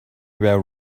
were